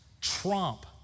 trump